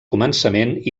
començament